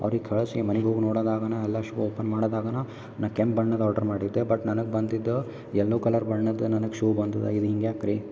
ಅವರಿಗೆ ಕಳಿಸಿ ಮನೆಗ್ ಹೋಗಿ ನೋಡೋದಾಗಣ ಎಲ್ಲ ಶೂ ಒಪನ್ ಮಾಡ್ದಾಗನ ನಾ ಕೆಂಪು ಬಣ್ಣದ್ದು ಆರ್ಡ್ರ್ ಮಾಡಿದ್ದೆ ಬಟ್ ನನಗೆ ಬಂದಿದ್ದು ಎಲ್ಲೊ ಕಲರ್ ಬಣ್ಣದು ನನಗೆ ಶೂ ಬಂದದಾಗಿದ್ದು ಹಿಂಗ್ಯಾಕೆ ರೀ